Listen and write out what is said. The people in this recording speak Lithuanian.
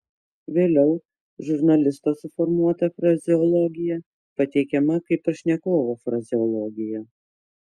vėliau žurnalisto suformuota frazeologija pateikiama kaip pašnekovo frazeologija